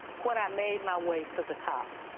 when i made my way to the top,